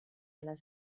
les